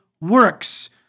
works